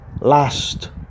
Last